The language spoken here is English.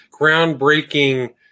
groundbreaking